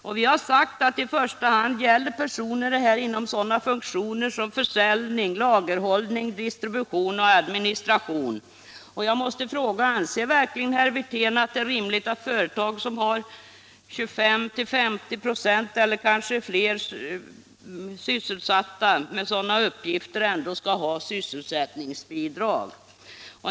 Vi har framhållit att det här i första hand gäller personer inom sådana funktioner som försäljning, lagerhållning, distribution och administration. Jag måste i det sammanhanget fråga herr Wirtén om han verkligen anser att det är rimligt att företag som har 25-50 96, eller kanske mer, av de anställda sysselsatta med uppgifter av den här typen ändå skall ha sysselsättningsbidrag.